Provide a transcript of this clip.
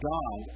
God